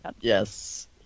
yes